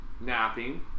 napping